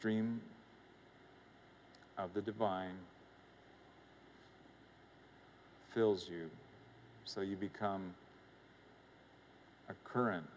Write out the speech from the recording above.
dream of the divine fills you so you become a current